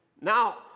Now